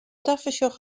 tafersjoch